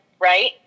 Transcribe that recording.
right